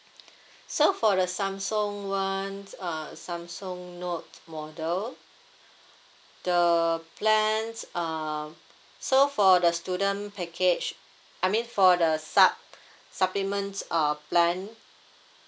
so for the samsung [one] uh samsung note model the plans um so for the student package I mean for the sup~ supplement uh plan